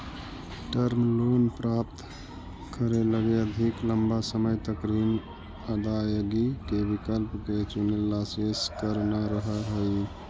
term loan प्राप्त करे लगी अधिक लंबा समय तक ऋण अदायगी के विकल्प के चुनेला शेष कर न रहऽ हई